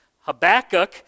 Habakkuk